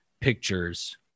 pictures